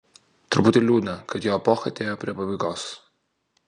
truputį liūdna kad jo epocha atėjo prie pabaigos